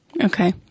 Okay